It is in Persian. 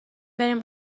بریم